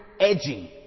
edging